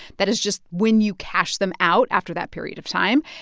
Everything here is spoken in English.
that is just when you cash them out after that period of time.